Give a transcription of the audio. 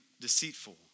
deceitful